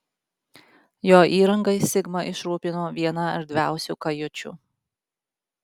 jo įrangai sigma išrūpino vieną erdviausių kajučių